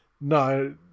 no